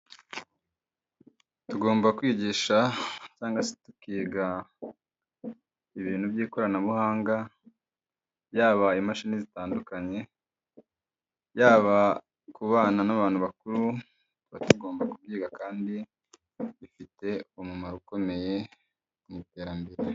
Tugomba kwigisha cyangwa tukiga ibintu by'ikoranabuhanga yaba imashini zitandukanye, yaba kubana n'abantu bakuru, tugomba kubyiga kandi bifite umumaro ukomeye mu iterambere.